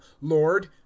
lord